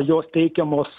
jos teikiamos